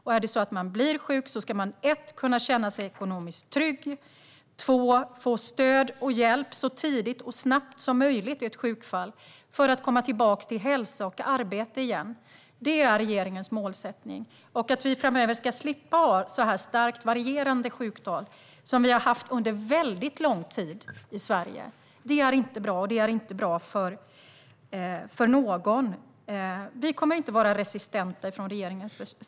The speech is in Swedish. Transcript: Och om man skulle bli sjuk ska man för det första kunna känna sig ekonomiskt trygg och för det andra få stöd och hjälp så tidigt och snabbt som möjligt, för att kunna komma tillbaka till hälsa och arbete igen. Det är regeringens målsättning. Vi hoppas att vi framöver ska slippa ha så här starkt varierande sjuktal som vi har haft under lång tid i Sverige. Det är inte bra för någon. Regeringen kommer inte att göra motstånd.